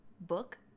book